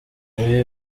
ibi